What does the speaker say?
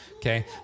Okay